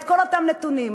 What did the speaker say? את כל אותם נתונים,